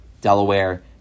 Delaware